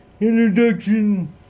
introduction